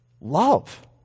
love